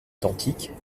identiques